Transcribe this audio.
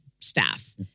staff